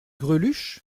greluche